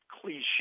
Cliche